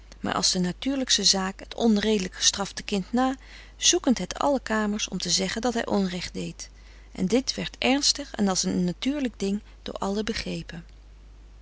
maar als de natuurlijkste zaak het onredelijk gestrafte kind na zoekend het in alle kamers om te zeggen dat hij onrecht deed en dit werd ernstig en als een natuurlijk ding door allen begrepen